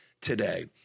today